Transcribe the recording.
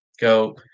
go